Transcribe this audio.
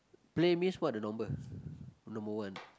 play means what the number number one